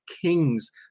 Kings